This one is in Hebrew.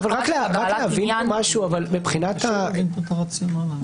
קשה להבין פה את הרציונל.